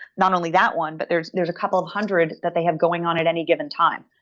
not only that one, but there's there's a couple of hundred that they have going on at any given time.